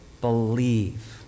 believe